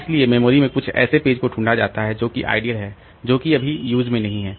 इसलिए मेमोरी में कुछ ऐसे पेज को ढूंढा जाता है जोकि आइडियल है जोकि अभी यूज़ में नहीं है